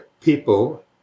people